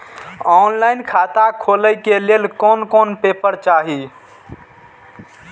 Online खाता खोले के लेल कोन कोन पेपर चाही?